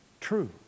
True